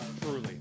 truly